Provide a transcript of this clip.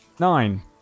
Nine